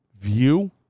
view